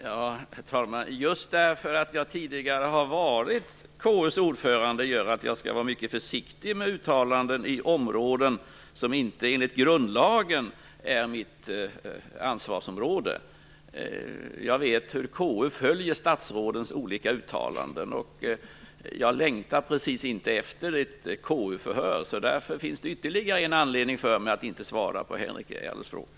Herr talman! Just därför att jag tidigare har varit KU:s ordförande skall jag vara mycket försiktig med uttalanden på områden som inte enligt grundlagen är mitt ansvarsområde. Jag känner till hur KU följer statsrådens olika uttalanden, och jag längtar inte precis efter ett KU-förhör. Därför finns det ytterligare en anledning för mig att inte svara på Henrik S Järrels fråga.